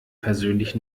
persönlich